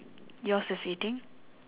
yours is eating